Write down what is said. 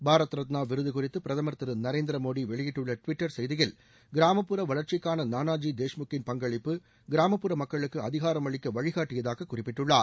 பாரத் ரத்னா விருது குறித்து பிரதமர் திரு நரேந்திர மோடி வெளியிட்டுள்ள டுவிட்டர் செய்தியில் கிராமப்புற வளர்ச்சிக்கான நானாஜி தேஷ்முக்கின் பங்களிப்பு கிராமப்புற மக்களுக்கு அதிகாரமளிக்க வழிகாட்டியதாக குறிப்பிட்டுள்ளார்